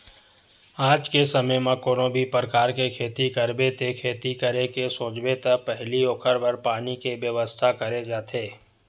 आज के समे म कोनो भी परकार के खेती करबे ते खेती करे के सोचबे त पहिली ओखर बर पानी के बेवस्था करे जाथे